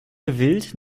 gewillt